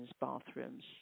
bathrooms